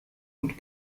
und